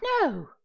no